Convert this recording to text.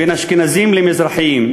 בין אשכנזים למזרחים.